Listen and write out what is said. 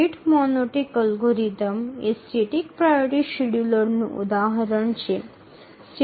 rate monotonic algorithm એ static priority શેડ્યૂલરનું ઉદાહરણ છે